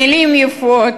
במילים יפות.